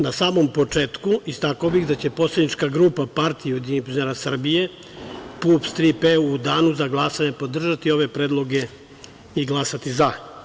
Na samom početku, istakao bih da će poslanička grupa PUPS – „Tri P“ u danu za glasanje podržati ove predloge i glasati za.